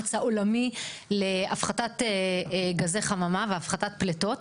למאמץ העולמי להפחתת גזי חממה והפחתת פליטות?